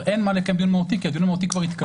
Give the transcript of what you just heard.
אין מה לקיים דיון מהותי כי הדיון המהותי כבר התקיים.